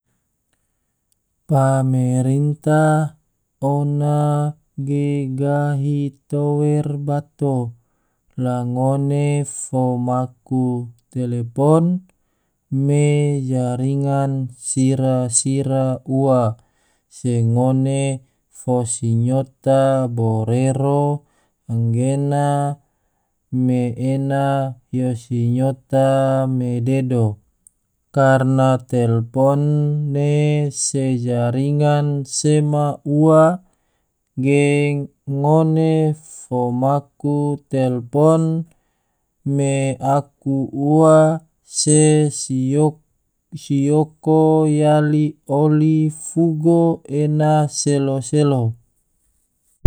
Pemerintah ona ge gahi tower bato, la ngone fo maku telepon me jarinan sira-sira ua, se ngone fo sinyota borero anggena me ena yo sinyota me dedo, karna telpon ne se jaringan sema ua ne ngone fo maku telpon me aku ua, se siyoko yali oli fugo ena selo-selo.